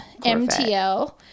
MTL